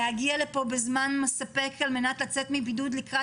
להגיע לפה בזמן מספק על מנת לצאת מבידוד לקראת